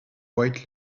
white